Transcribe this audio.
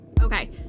Okay